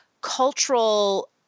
cultural